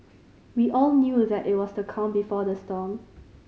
we all knew that it was the calm before the storm